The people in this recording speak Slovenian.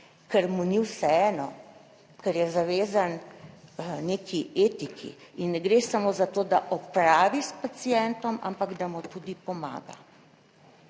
ker mu ni vseeno, ker je zavezan neki etiki in ne gre samo za to, da opravi s pacientom, ampak da mu tudi pomaga.